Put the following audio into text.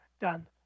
done